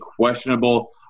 questionable